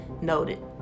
Noted